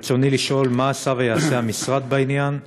רצוני לשאול: 1. מה עשה ויעשה המשרד בעניין?